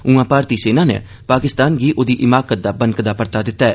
उआं भारती सेना नै पाकिस्तान गी ओह्दी हिकायत दा बनकदा परता दिता ऐ